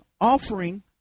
offering